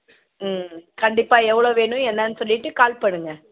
ம் கண்டிப்பாக எவ்வளோ வேணும் என்னன்னு சொல்லிவிட்டு கால் பண்ணுங்கள்